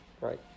Right